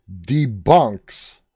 debunks